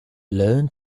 learn